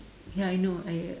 ya I know I I